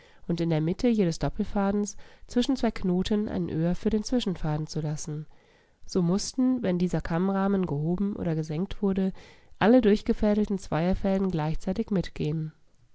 und in der mitte jedes doppelfadens zwischen zwei knoten ein öhr für den zwischenfaden zu lassen so mußten wenn dieser kammrahmen gehoben oder gesenkt wurde alle durchgefädelten zweierfäden gleichzeitig mitgehen